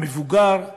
המבוגרים,